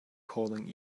calling